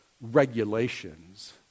regulations